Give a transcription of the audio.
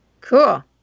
Cool